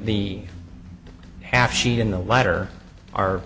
mean half sheet in a letter are